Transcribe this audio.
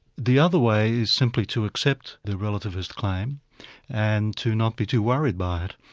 the other way is simply to accept the relativist claim and to not be too worried by it.